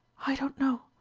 i don't know.